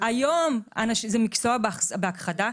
זה מקצוע בהכחדה.